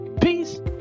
peace